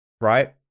right